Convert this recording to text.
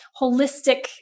holistic